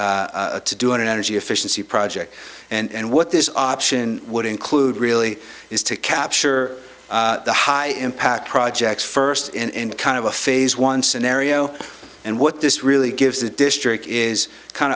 approach to doing an energy efficiency project and what this option would include really is to capture the high impact projects first and kind of a phase one scenario and what this really gives the district is kind